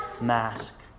mask